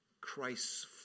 Christ's